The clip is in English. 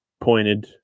pointed